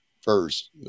first